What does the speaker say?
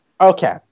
Okay